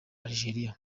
algeria